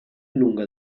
lunga